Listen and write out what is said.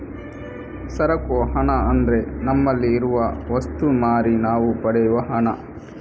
ಸರಕು ಹಣ ಅಂದ್ರೆ ನಮ್ಮಲ್ಲಿ ಇರುವ ವಸ್ತು ಮಾರಿ ನಾವು ಪಡೆಯುವ ಹಣ